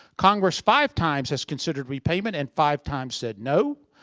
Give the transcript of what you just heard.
congress five times has considered repayment and five times said no.